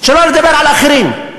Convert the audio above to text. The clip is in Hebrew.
שלא לדבר על אחרים.